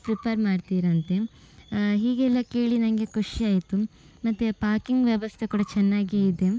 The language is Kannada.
ಪ್ರಿಪೇರ್ ಮಾಡ್ತೀರಂತೆ ಹೀಗೆಲ್ಲ ಕೇಳಿ ನನಗೆ ಖುಷಿಯಾಯ್ತು ಮತ್ತು ಪಾಕಿಂಗ್ ವ್ಯವಸ್ಥೆ ಕೂಡ ಚೆನ್ನಾಗಿ ಇದೆ